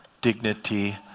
dignity